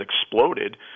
exploded